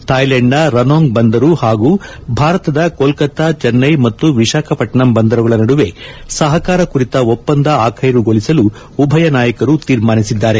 ಥಾಯ್ಲೆಂಡ್ನ Ranong ಬಂದರು ಹಾಗೂ ಭಾರತದ ಕೊಲ್ಲತ್ತಾ ಚೆನ್ನೈ ಮತ್ತು ವಿಶಾಖಪಟ್ಟಣಂ ಬಂದರುಗಳ ನಡುವೆ ಸಹಕಾರ ಕುರಿತ ಒಪ್ಪಂದ ಅಖೈರುಗೊಳಿಸಲು ಉಭಯ ನಾಯಕರು ತೀರ್ಮಾನಿಸಿದ್ದಾರೆ